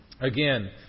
Again